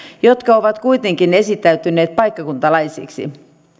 jotka ovat kuitenkin esittäytyneet paikkakuntalaisiksi